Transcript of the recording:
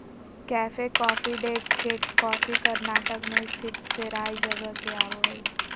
cafe coffee day के coffee Karnataka मे स्थित सेराई जगह से आवो हय